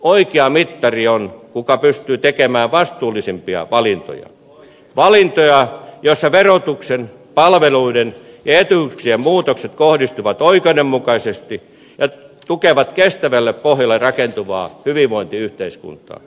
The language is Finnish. oikea mittari on kuka pystyy tekemään vastuullisimpia valintoja valintoja joissa verotuksen palveluiden ja etuuksien muutokset kohdistuvat oikeudenmukaisesti ja tukevat kestävälle pohjalle rakentuvaa hyvinvointiyhteiskuntaa